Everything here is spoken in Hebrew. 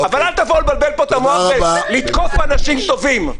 אבל אל תבואו לבלבל פה את המוח ולתקוף אנשים טובים.